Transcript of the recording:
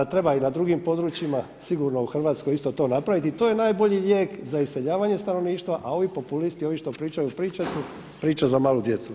Treba i na drugim područjima sigurno u Hrvatskoj isto to napraviti i to je najbolji lijek za iseljavanje stanovništva, a ovi populisti ovi što pričaju priče su priča za malu djecu.